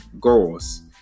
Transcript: goals